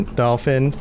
dolphin